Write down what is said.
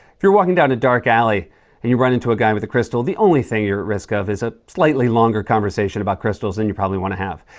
if you're walking down a dark alley and you run into a guy with a crystal, the only thing you're at risk of is a slightly longer conversation about crystals than and you probably want to have.